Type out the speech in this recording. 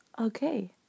Okay